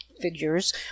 figures